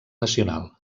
nacional